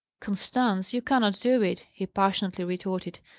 constance, you cannot do it, he passionately retorted.